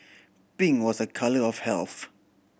pink was a colour of health